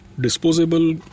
disposable